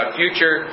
future